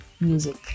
music